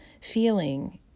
feeling